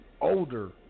older